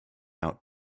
out